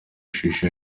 shisha